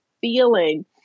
feeling